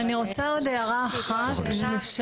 אבל --- אני רוצה להעיר עוד הערה אחת אם אפשר.